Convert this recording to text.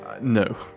No